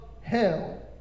hell